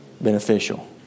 beneficial